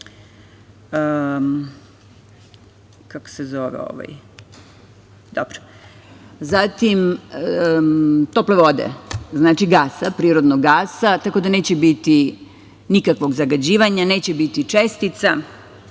samo raditi uz pomoć tople vode, znači gasa, prirodnog gasa, tako da neće biti nikakvog zagađivanja, neće biti čestica.